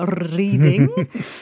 reading